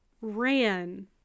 ran